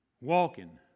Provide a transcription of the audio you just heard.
walking